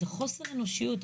מדובר בחוסר אנושיות.